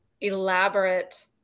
elaborate